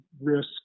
risk